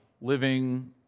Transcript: living